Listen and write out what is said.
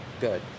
good